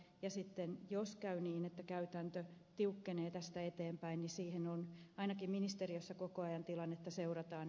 ja sitten jos käy niin että käytäntö tiukkenee tästä eteenpäin ainakin ministeriössä koko ajan tilannetta seurataan